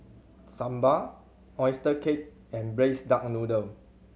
sambal oyster cake and Braised Duck Noodle